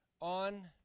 On